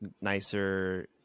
nicer